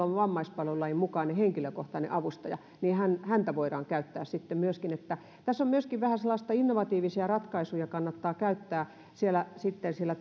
on vammaispalvelulain mukainen henkilökohtainen avustaja häntä voidaan käyttää sitten myöskin eli tässä on myöskin vähän sellaista että innovatiivisia ratkaisuja kannattaa käyttää sitten siellä